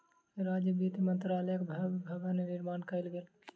राज्यक वित्त मंत्रालयक भव्य भवन निर्माण कयल गेल